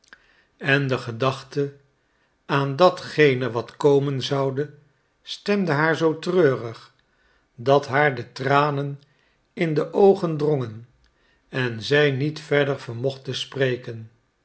en de gedachte aan datgene wat komen zoude stemde haar zoo treurig dat haar de tranen in de oogen drongen en zij niet verder vermocht te spreken